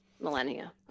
millennia